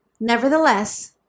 Nevertheless